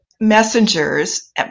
messengers